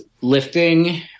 lifting